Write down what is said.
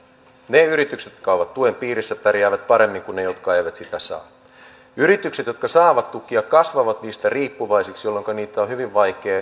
ne yritykset jotka ovat tuen piirissä pärjäävät paremmin kuin ne jotka eivät sitä saa yritykset jotka saavat tukia kasvavat niistä riippuvaisiksi jolloinka niitä on hyvin vaikea